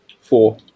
Four